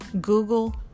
Google